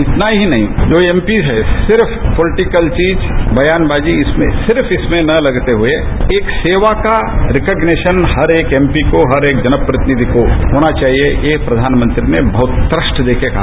इतना ही नहीं जो एमपी हैं सिर्फ पॉलिटीकल चीज ब्यान बाजी इसमें सिर्फ इसमें न लगते हुए सेवा का रिक्गनेशन हर एक एमपी को हर एक जन प्रतिनिधि को होना चाहिए ये प्रधानमंत्री ने बहुत ही तृष्ट देकर कहा